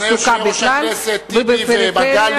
סגני יושב-ראש הכנסת טיבי ומגלי,